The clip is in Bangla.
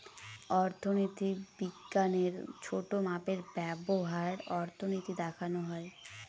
অর্থনীতি বিজ্ঞানের ছোটো মাপে ব্যবহার অর্থনীতি দেখানো হয়